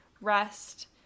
rest